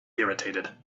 irritated